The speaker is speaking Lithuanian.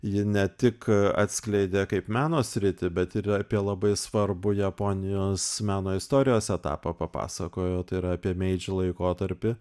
ji ne tik atskleidė kaip meno sritį bet ir apie labai svarbų japonijos meno istorijos etapą papasakojo tai yra apie meidž laikotarpį